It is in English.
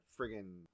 friggin